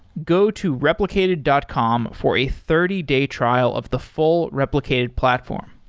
go to replicated dot com for a thirty day trial of the full replicated platform.